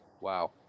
Wow